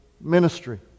ministry